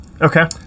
Okay